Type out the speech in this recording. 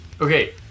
Okay